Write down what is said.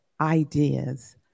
ideas